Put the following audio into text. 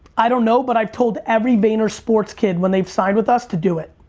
i don't know but i've told every vaynersports kid when they've signed with us to do it.